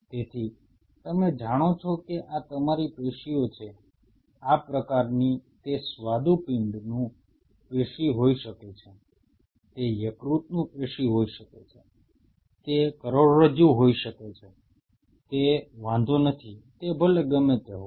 તેથી તમે જાણો છો કે આ તમારી પેશીઓ છે આ પ્રકારની તે સ્વાદુપિંડનું પેશી હોઈ શકે છે તે યકૃતનું પેશી હોઈ શકે છે તે કરોડરજ્જુ હોઈ શકે છે તે વાંધો નથી તે ભલે ગમે તે હોય